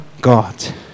God